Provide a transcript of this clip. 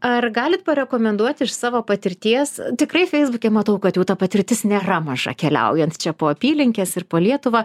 ar galit parekomenduoti iš savo patirties tikrai feisbuke matau kad jau ta patirtis nėra maža keliaujant čia po apylinkes ir po lietuvą